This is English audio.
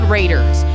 Raiders